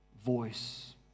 voice